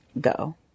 go